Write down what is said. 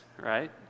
right